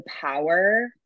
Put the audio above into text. power